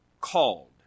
called